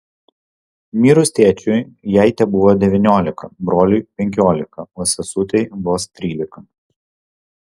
mirus tėčiui jai tebuvo devyniolika broliui penkiolika o sesutei vos trylika